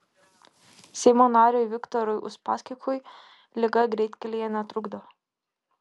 seimo nariui viktorui uspaskichui liga greitkelyje netrukdo